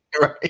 right